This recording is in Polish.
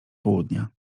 południa